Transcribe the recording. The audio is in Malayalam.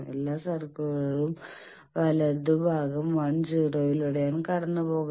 എല്ലാ സർക്കിളുകളും വലതുഭാഗം 1 0 ലൂടെയാണ് കടന്നുപോകുന്നത്